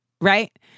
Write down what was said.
Right